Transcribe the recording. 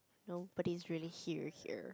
nobody is really here here